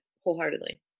wholeheartedly